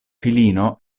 filino